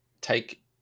take